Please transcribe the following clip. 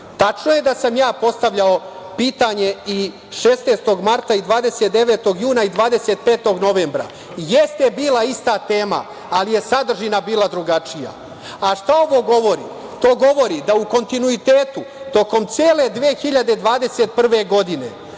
je da sam ja postavljao pitanje 16. marta i 29. juna i 25. novembra. Jeste bila ista tema, ali je sadržina bila drugačija. Šta ovo govori? To govori da u kontinuitetu tokom cele 2021. godine